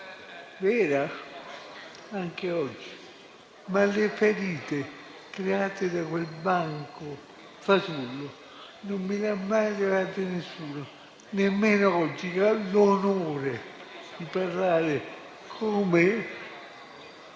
vera, anche oggi, ma le ferite create da quel banco fasullo non me le ha mai levate nessuno, nemmeno oggi che ho il grande onore di parlare come